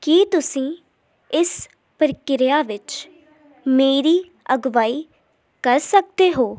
ਕੀ ਤੁਸੀਂ ਇਸ ਪ੍ਰਕਿਰਿਆ ਵਿੱਚ ਮੇਰੀ ਅਗਵਾਈ ਕਰ ਸਕਦੇ ਹੋ